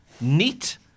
neat